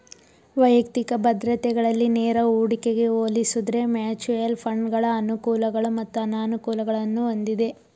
ವೈಯಕ್ತಿಕ ಭದ್ರತೆಗಳಲ್ಲಿ ನೇರ ಹೂಡಿಕೆಗೆ ಹೋಲಿಸುದ್ರೆ ಮ್ಯೂಚುಯಲ್ ಫಂಡ್ಗಳ ಅನುಕೂಲಗಳು ಮತ್ತು ಅನಾನುಕೂಲಗಳನ್ನು ಹೊಂದಿದೆ